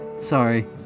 Sorry